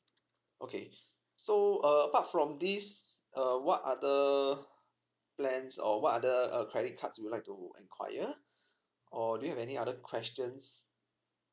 okay so uh apart from this uh what other plans or what other uh credit cards you would like to inquire or do you have any other questions